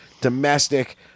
domestic